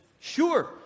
sure